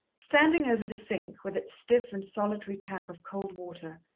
standing over the sink, with its stiff and solitary tap of cold water,